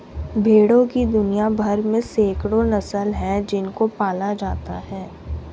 भेड़ों की दुनिया भर में सैकड़ों नस्लें हैं जिनको पाला जाता है